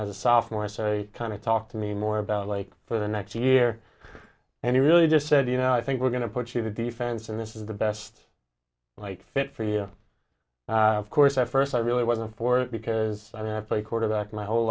as a sophomore so i kind of talked to me more about like for the next year and he really just said you know i think we're going to put you to defense and this is the best right fit for you of course at first i really wasn't for it because i mean i play quarterback my whole